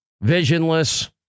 Visionless